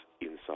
inside